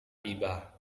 tiba